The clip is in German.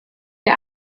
der